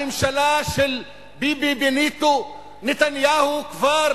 הממשלה של ביבי בניטו נתניהו כבר